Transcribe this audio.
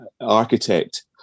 architect